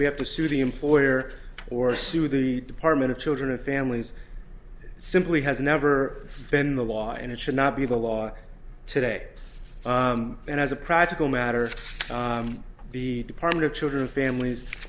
we have to sue the employer or sue the department of children and families simply has never been the law and it should not be the law today and as a practical matter the department of children families